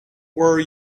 were